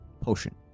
potion